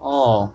oh